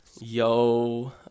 Yo